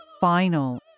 final